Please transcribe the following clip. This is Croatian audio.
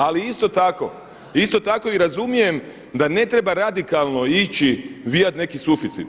Ali isto tako, isto tako i razumijem da ne treba radikalno ići vijat neki suficit.